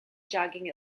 jogging